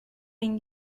been